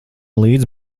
līdzi